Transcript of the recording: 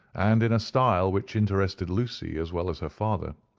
and in a style which interested lucy as well as her father.